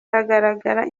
hagaragara